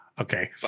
Okay